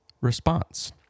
response